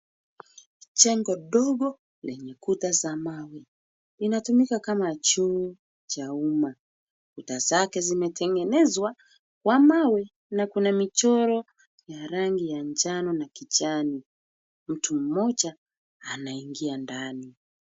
Jengo dogo lenye kuta za mawe inatumika kama choo cha umma. Kuta zake zimetengenezwa kwa mawe na kuna michoro ya rangi ya njano na kijani. Mtu mmoja anaingia ndani.